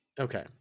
Okay